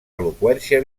eloqüència